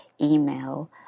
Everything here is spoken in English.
email